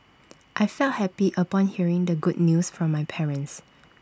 I felt happy upon hearing the good news from my parents